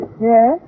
Yes